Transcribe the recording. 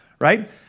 right